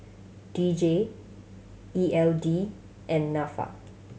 D J E L D and Nafa